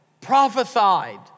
prophesied